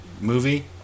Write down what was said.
movie